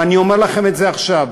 ואני אומר לכם את זה עכשיו: